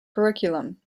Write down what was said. curriculum